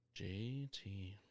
JT